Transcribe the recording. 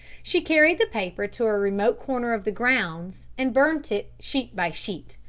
she carried the paper to a remote corner of the grounds and burnt it sheet by sheet.